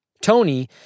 Tony